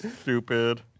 Stupid